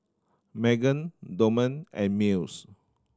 Magen Dorman and Mills